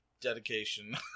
Dedication